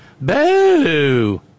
Boo